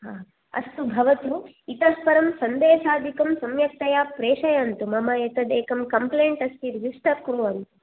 अस्तु भवतु इतःपरं सन्देशादिकं सम्यकतया प्रेषयन्तु मम एतद् एकः कंप्लेंट् अस्ति रजिस्टर् कुर्वन्तु